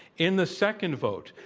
n the second vote,